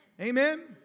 amen